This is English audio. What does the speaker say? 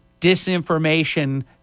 disinformation